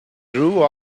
grew